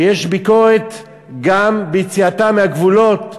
ויש ביקורת גם ביציאתם מהגבולות,